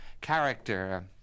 character